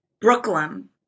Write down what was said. Brooklyn